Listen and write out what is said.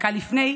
דקה לפני,